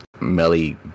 Melly